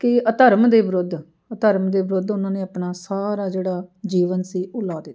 ਕਿ ਅਧਰਮ ਦੇ ਵਿਰੁੱਧ ਅਧਰਮ ਦੇ ਵਿਰੁੱਧ ਉਹਨਾਂ ਨੇ ਆਪਣਾ ਸਾਰਾ ਜਿਹੜਾ ਜੀਵਨ ਸੀ ਉਹ ਲਾ ਦਿੱਤਾ